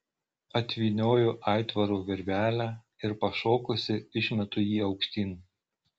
atvynioju aitvaro virvelę ir pašokusi išmetu jį aukštyn